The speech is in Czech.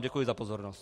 Děkuji vám za pozornost.